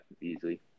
easily